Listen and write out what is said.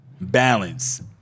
balance